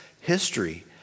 history